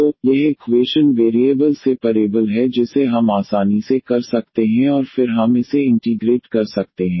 तो यह equation variable separable है जिसे हम आसानी से कर सकते हैं और फिर हम इसे इंटीग्रेट कर सकते हैं